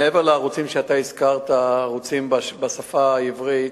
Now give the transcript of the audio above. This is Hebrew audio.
מעבר לערוצים שאתה הזכרת, ערוצים בשפה העברית,